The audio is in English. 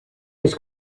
his